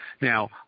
Now